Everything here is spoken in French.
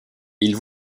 ils